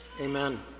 Amen